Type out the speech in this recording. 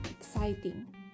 exciting